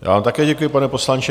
Já vám také děkuji, pane poslanče.